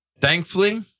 thankfully